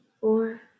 four